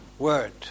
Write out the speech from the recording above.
word